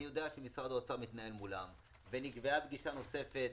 אני יודע שמשרד האוצר מתנהל מולם ונקבעה פגישה נוספת,